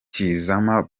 tizama